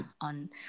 on